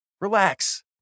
Relax